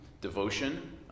devotion